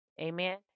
Amen